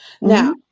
Now